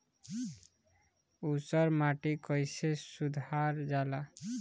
ऊसर माटी कईसे सुधार जाला?